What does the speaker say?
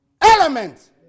element